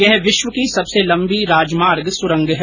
यह विश्व की सबसे लंबी राजमार्ग सुरंग है